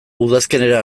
udazkenera